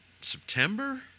September